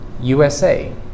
USA